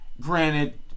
granted